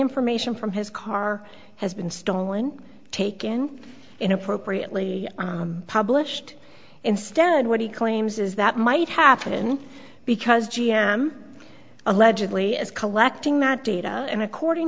information from his car has been stolen taken in appropriately published instead what he claims is that might happen because g m allegedly is collecting that data and according